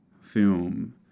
film